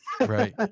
right